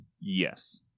Yes